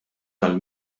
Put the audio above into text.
tal